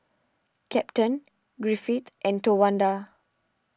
Captain Griffith and Towanda